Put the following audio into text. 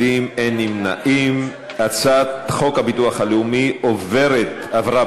ההצעה להעביר את הצעת חוק הביטוח הלאומי (תיקון